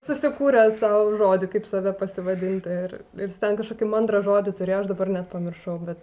susikūrė sau žodį kaip save pasivadinti ir ir ten kažkokį mandrą žodį turėjo aš dabar net pamiršau bet